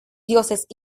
dioses